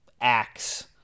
acts